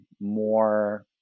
more